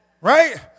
Right